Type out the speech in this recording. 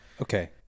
Okay